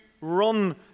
run